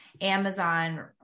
Amazon